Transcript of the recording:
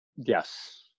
Yes